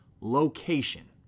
location